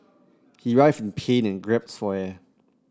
he writhed in pain and gasped for air